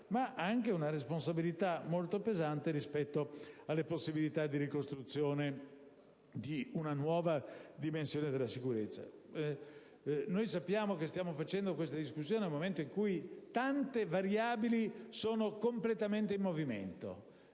ma anche una responsabilità molto pesante rispetto alle possibilità di ricostruire una nuova dimensione della sicurezza. Sappiamo che stiamo facendo questa discussione in un momento in cui tante variabili sono completamente in movimento.